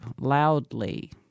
loudly